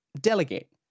Delegate